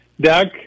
Doug